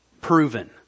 Proven